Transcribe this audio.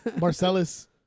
Marcellus